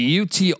UT